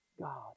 God